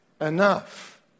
enough